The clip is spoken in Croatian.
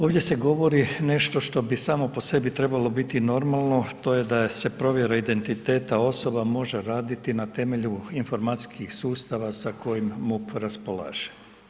Ovdje se govori nešto bi samo po sebi trebalo biti normalno, to je da se provjere identiteta osoba može raditi na temelju informacijskih sustava sa kojim MUP raspolaže.